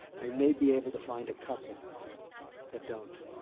i may be able to find a couple that don't.